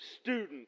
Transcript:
student